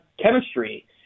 chemistry